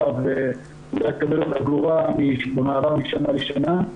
והיא לא תקבל עוד אגורה במעבר משנה לשנה.